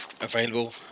available